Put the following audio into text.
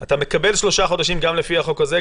אתה מקבל שלושה חודשים גם לפי החוק הזה,